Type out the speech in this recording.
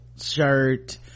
shirt